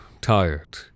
tired